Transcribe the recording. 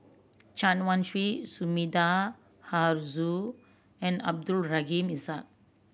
Chen Wen Hsi Sumida Haruzo and Abdul Rahim Ishak